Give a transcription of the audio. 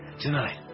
Tonight